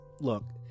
look